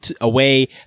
away